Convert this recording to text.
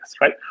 right